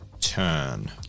turn